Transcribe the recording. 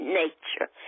nature